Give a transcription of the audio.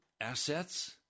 assets